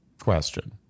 question